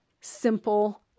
simple